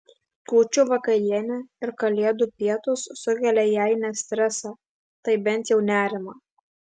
kūčių vakarienė ir kalėdų pietūs sukelia jei ne stresą tai bent jau nerimą